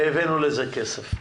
והבאנו לזה כסף,